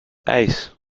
ijs